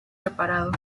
reparado